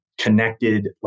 connected